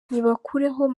nibakureho